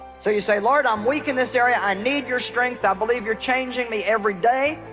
so you say lord, i'm weak in this area. i need your strength i believe you're changing me every day,